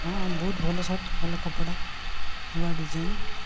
ହଁ ବହୁତ ଭଲ ଶାର୍ଟ ଭଲ କପଡ଼ା ନୂଆ ଡିଜାଇନ